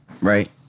right